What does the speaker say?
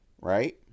Right